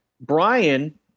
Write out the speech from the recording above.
Brian